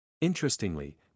Interestingly